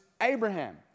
Abraham